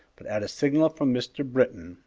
but at a signal from mr. britton,